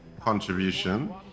Contribution